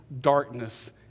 darkness